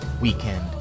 weekend